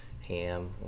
ham